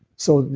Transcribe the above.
so,